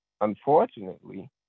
Unfortunately